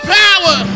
power